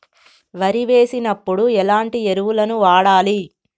వరి వేసినప్పుడు ఎలాంటి ఎరువులను వాడాలి?